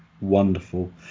Wonderful